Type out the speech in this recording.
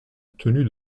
tenue